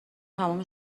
تمام